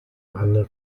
eine